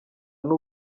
n’u